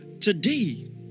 today